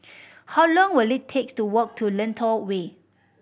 how long will it takes to walk to Lentor Way